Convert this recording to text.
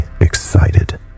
excited